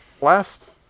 last